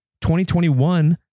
2021